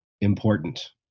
important